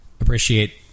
appreciate